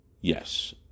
Yes